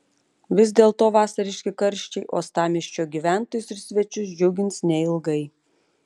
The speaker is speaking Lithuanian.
vis dėlto vasariški karščiai uostamiesčio gyventojus ir svečius džiugins neilgai